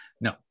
No